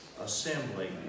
assembly